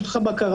יש לך בקרה,